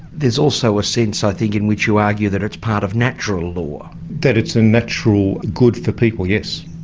there's also a sense i think in which you argue that it's part of natural law. that it's a natural good for people yes.